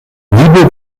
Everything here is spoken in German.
liebe